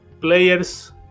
players